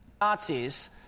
Nazis